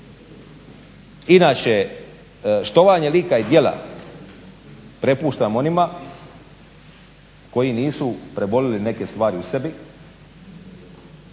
Inače štovanje lika i djela prepuštam onima koji nisu preboljeli neke stvari u sebi